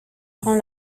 grand